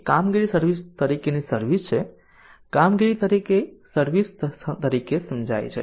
તેથી સર્વિક્શન સિસ્ટમ એક કામગીરી તરીકેની સર્વિસ છે કામગીરી તરીકે સર્વિસ તરીકે સમજાય છે